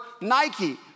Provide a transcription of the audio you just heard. Nike